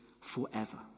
forever